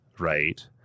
right